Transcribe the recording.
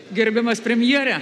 gerbiamas premjere